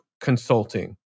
consulting